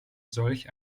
solch